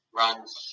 runs